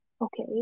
Okay